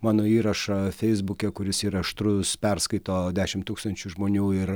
mano įrašą feisbuke kuris yra aštrus perskaito dešim tūkstančių žmonių ir